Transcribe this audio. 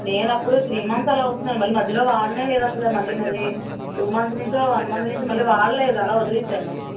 నేనప్పుడూ three months అలా అవుతుందండి మళ్ళీ మధ్యలో వాడనేలేదు అసలు మళ్ళీను అది టూ మంత్స్ నుంచే వన్ మంత్ నుంచి మళ్ళీ వాడలేదు అలా వదిలేసాను